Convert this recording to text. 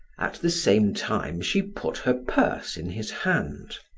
at the same time, she put her purse in his hand.